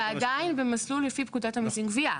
ועדיין, במסלול לפי פקודת המיסים (גבייה).